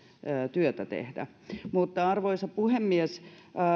työtä tehdä arvoisa puhemies